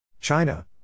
China